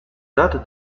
date